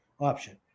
option